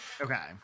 Okay